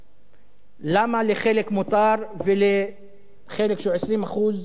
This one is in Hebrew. למה לחלק מותר, ולחלק שהוא 20% אסור?